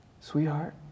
Sweetheart